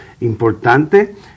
Importante